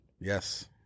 Yes